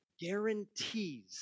Guarantees